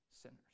sinners